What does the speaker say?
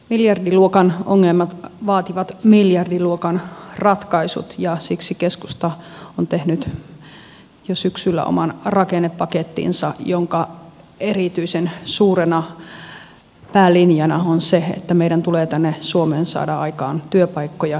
miljardiluokan ongelmat vaativat miljardiluokan ratkaisut ja siksi keskusta on tehnyt jo syksyllä oman rakennepakettinsa jonka erityisen suurena päälinjana on se että meidän tulee tänne suomeen saada aikaan työpaikkoja ja kasvua